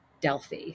Delphi